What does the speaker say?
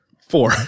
Four